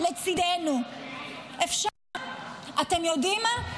אתם יודעים מה?